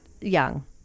young